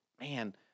Man